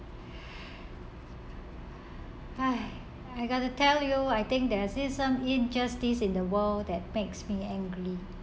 !hais! I gotta tell you I think there is still some injustice in the world that makes me angry